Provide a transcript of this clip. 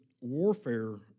warfare